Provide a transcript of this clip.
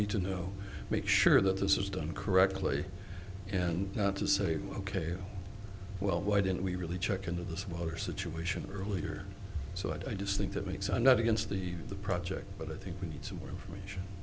need to know make sure that this is done correctly and not to say ok well why didn't we really check into this water situation earlier so i just think that makes i'm not against the the project but i think we need some more information